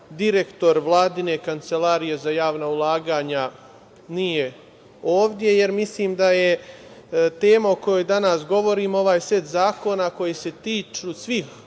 direktor vladine Kancelarije za javna ulaganja nije ovde, jer mislim da je za ovu temu o kojoj danas govorimo, ovaj set zakona koji se tiču svih